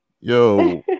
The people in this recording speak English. yo